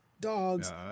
dogs